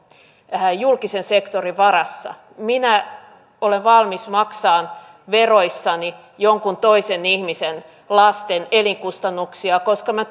julkisen sektorin varassa minä olen valmis maksamaan veroissani jonkun toisen ihmisen lasten elinkustannuksia koska minä